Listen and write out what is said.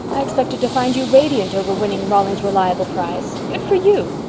i expected to find you radiant over winning rollings reliable prize. good for you!